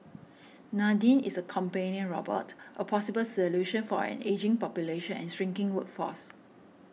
Nadine is a companion robot a possible solution for an ageing population and shrinking workforce